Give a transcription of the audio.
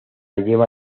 lleva